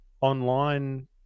online